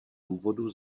důvodů